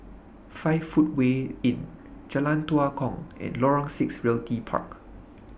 five Footway Inn Jalan Tua Kong and Lorong six Realty Park